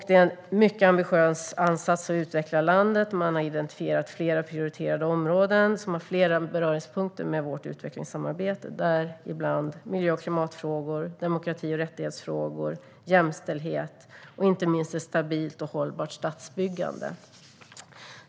Det är en mycket ambitiös ansats för att utveckla landet. Man har identifierat flera prioriterade områden som har beröringspunkter med vårt utvecklingssamarbete, däribland miljö och klimatfrågor, demokrati och rättighetsfrågor, jämställdhet och inte minst ett stabilt och hållbart statsbyggande.